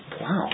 wow